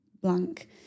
blank